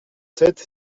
sept